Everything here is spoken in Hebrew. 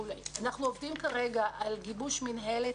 כרגע אנחנו עובדים על גיבוש מינהלת.